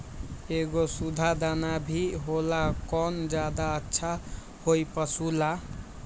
एगो सुधा दाना भी होला कौन ज्यादा अच्छा होई पशु ला?